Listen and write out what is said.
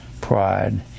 pride